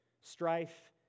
Strife